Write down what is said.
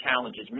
challenges